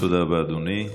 תודה רבה, אדוני.